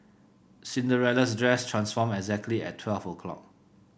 Cinderella's dress transformed exactly at twelve o'clock